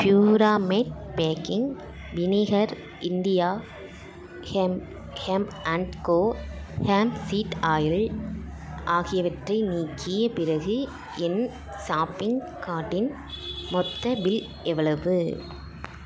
Puramate baking vinegar India hemp hemp and co hemp seed oil ஆகியவற்றை நீக்கிய பிறகு என் ஷாப்பிங் கார்ட்டின் மொத்த பில் எவ்வளவு